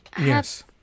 Yes